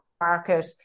market